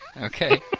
Okay